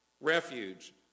refuge